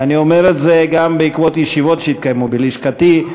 ואני אומר את זה גם בעקבות ישיבות שהתקיימו בלשכתי,